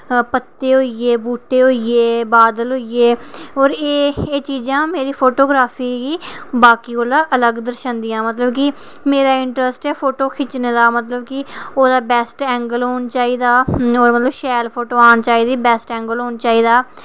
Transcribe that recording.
पत्ते होई गे बूह्टै होई गे बादल होई गे होर एह् चीज़ां मेरी फोटोग्रॉफी गी बाकी कोला अलग दसदियां कि मेरा इंट्रैस्ट ऐ फोटू खिच्चने दा कि ओह्दा मतलब कि बैस्ट एंगल होना चाहिदा मतलब कि शैल फोटू औना चाहिदे मतलब कि बैस्ट एंगल होना चाहिदा